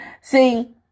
See